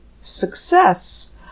success